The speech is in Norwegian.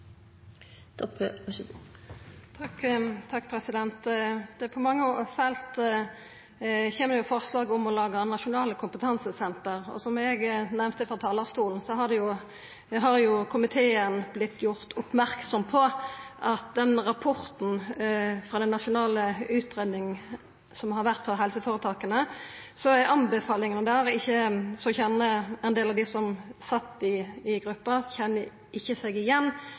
på mange felt forslag om å laga nasjonale kompetansesenter, og som eg nemnde frå talarstolen, har komiteen vorte gjord merksam på at når det gjeld anbefalingane i rapporten frå den nasjonale utgreiinga som har vore om helseføretaka, er det ein del av dei som sat i gruppa, som ikkje kjenner seg igjen